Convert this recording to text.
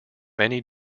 many